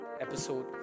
episode